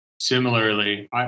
similarly